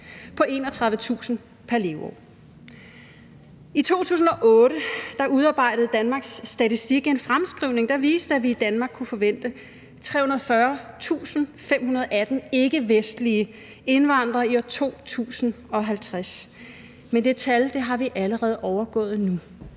på 31.000 kr. pr. leveår. I 2008 udarbejdede Danmarks Statistik en fremskrivning, der viste, at vi i Danmark kunne forvente 340.518 ikkevestlige indvandrere i 2050, men det tal har vi allerede overgået nu.